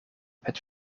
het